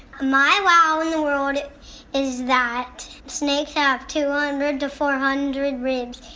my wow in the world is that snake have two hundred to four hundred ribs.